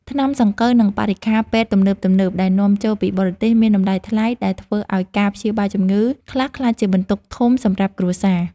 ថ្នាំសង្កូវនិងបរិក្ខារពេទ្យទំនើបៗដែលនាំចូលពីបរទេសមានតម្លៃថ្លៃដែលធ្វើឱ្យការព្យាបាលជំងឺខ្លះក្លាយជាបន្ទុកធំសម្រាប់គ្រួសារ។